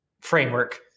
framework